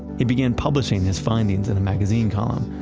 he began publishing his findings in a magazine column,